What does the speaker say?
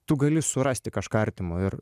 tu gali surasti kažką artimo ir